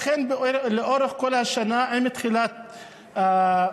לכן, לאורך כל השנה, עם תחילת המלחמה,